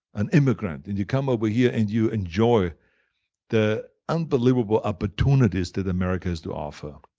an immigrant, and you come over here and you enjoy the unbelievable opportunities that america has to offer,